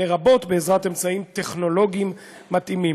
לרבות אמצעים טכנולוגיים מתאימים.